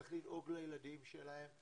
צריך לדאוג לילדים שלהם.